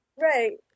Right